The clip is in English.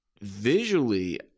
visually